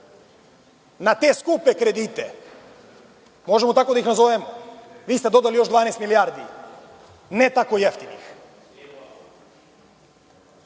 Na te skupe kredite, možemo tako da ih nazovemo, vi ste dodali još 12 milijardi, ne tako jeftinih.